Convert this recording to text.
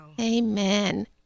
Amen